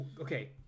Okay